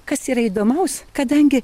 kas yra įdomaus kadangi